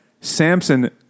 Samson